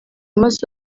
maze